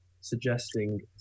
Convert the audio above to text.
suggesting